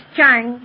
Chang